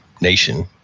nation